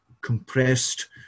compressed